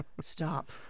stop